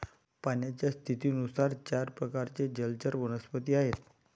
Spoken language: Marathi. पाण्याच्या स्थितीनुसार चार प्रकारचे जलचर वनस्पती आहेत